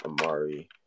Amari